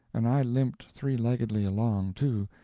and i limped three-leggedly along, too,